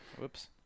Whoops